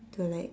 to like